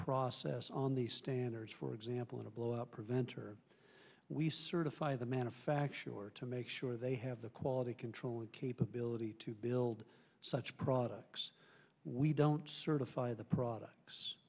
process on the standards for example in a blowout preventer we certify the manufacturer to make sure they have the quality can capability to build such products we don't certify the products